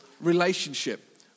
relationship